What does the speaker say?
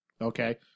Okay